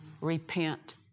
Repent